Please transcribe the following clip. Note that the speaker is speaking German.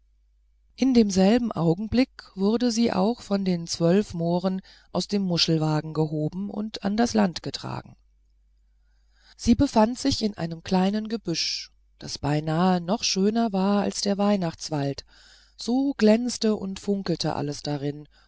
in demselben augenblick wurde sie auch von den zwölf mohren aus dem muschelwagen gehoben und an das land getragen sie befand sich in einem kleinen gebüsch das beinahe noch schöner war als der weihnachtswald so glänzte und funkelte alles darin